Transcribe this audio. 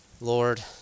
Lord